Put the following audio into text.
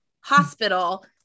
hospital